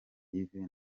yves